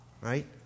Right